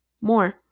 more